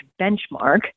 benchmark